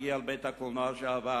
להגיע אל בית-הקולנוע לשעבר.